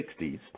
1960s